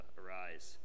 arise